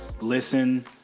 listen